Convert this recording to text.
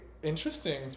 Interesting